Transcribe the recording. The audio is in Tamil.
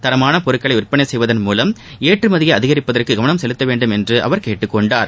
தரமான பொருட்களை விற்பனை செய்வதன் மூவம் ஏற்றுமதியை அதிகிப்பதற்கு கவனம் செலுத்தவேண்டும் என்று கேட்டுக்கொண்டார்